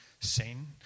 seen